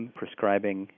prescribing